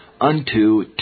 Unto